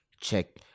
check